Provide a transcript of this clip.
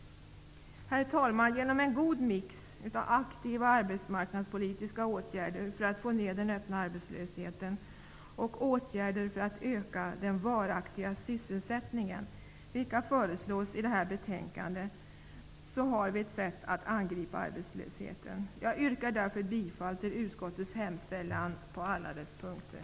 Herr talman! Genom en god mix av aktiva arbetsmarknadspolitiska åtgärder för att få ned den öppna arbetslösheten och genom åtgärder för att öka den varaktiga sysselsättningen, vilka föreslås i arbetsmarknadsutskottets betänkande AU5, får vi ett sätt att angripa arbetslösheten. Jag yrkar därför bifall till utskottets hemställan på alla punkter.